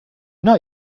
not